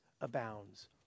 abounds